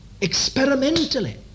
experimentally